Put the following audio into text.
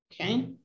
okay